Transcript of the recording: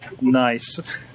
nice